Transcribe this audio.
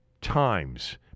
times